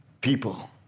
people